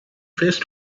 face